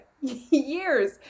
years